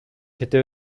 кете